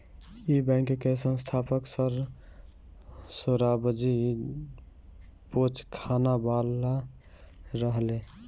इ बैंक के स्थापक सर सोराबजी पोचखानावाला रहले